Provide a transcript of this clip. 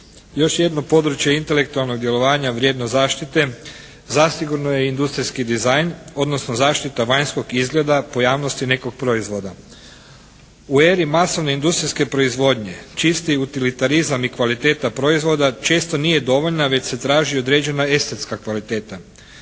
Još jedno područje intelektualnog djelovanja vrijedno zaštite zasigurno je industrijski dizajn, odnosno zaštite vanjskog izgleda, pojavnosti nekog proizvoda. U eri masovne industrijske proizvodnje čisti utilitarizam i kvaliteta proizvoda često nije dovoljna već se traži određena estetska kvaliteta.